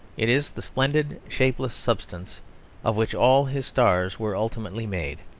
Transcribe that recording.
it is the splendid, shapeless substance of which all his stars were ultimately made.